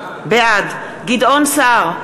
בעד גדעון סער,